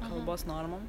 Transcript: kalbos normom